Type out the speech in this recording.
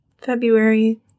February